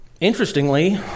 interestingly